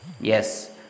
Yes